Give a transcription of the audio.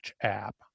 app